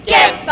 Get